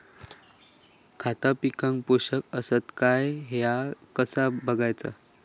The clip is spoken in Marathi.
खता पिकाक पोषक आसत काय ह्या कसा बगायचा?